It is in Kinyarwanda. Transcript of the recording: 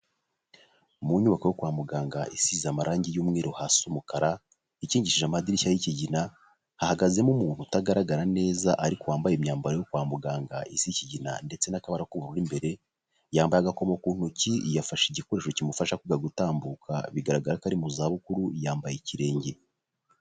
Mu nyubako yo kwa muganga isize amarangi y'umweru hasi umukara, ikingishije amadirishya y'ikigina, hahagazemo umuntu utagaragara neza ariko wambaye imyambaro yo kwa muganga isa ikigina ndetse n'akabaro akabara k'ubururu imbere, yambaye agakoma ku ntoki yafashe igikoresho kimufasha kwiga gutambuka bigaragara ko ari mu zabukuru yambaye ikirenge.